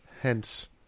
Hence